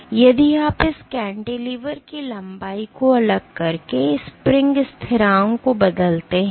तो यदि आप इस कैंटिलीवर की लंबाई को अलग करके स्प्रिंग स्थिरांक को बदलते हैं